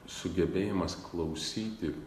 sugebėjimas klausyti